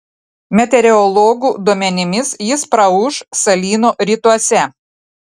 meteorologų duomenimis jis praūš salyno rytuose